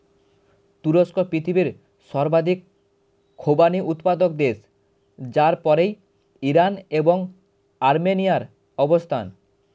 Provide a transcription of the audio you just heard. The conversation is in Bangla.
তুরস্ক পৃথিবীর সর্বাধিক খোবানি উৎপাদক দেশ যার পরেই ইরান এবং আর্মেনিয়ার অবস্থান